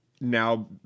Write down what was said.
now